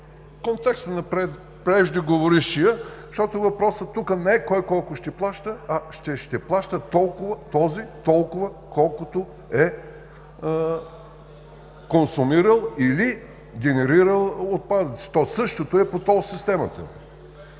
контекста на преждеговорившия, защото въпросът тук не е кой колко ще плаща, а че ще плаща толкова, колкото е консумирал или генерирал отпадъци. Същото е по тол системата.